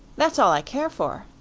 that's all i care for,